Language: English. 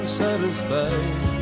satisfied